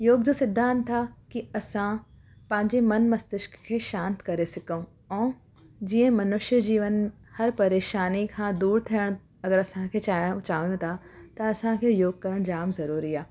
योग जो सिद्दांत आहे कि असां पंहिंजे मनु मस्तिष्क खे शांति करे सघूं ऐं जीअं मनुष्य जीवन हर परेशानी खां दूरि थियण अगरि असांखे चाहियो चाहियूं था त असांखे योग करण जाम ज़रूरी आहे